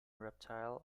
reptile